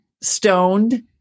stoned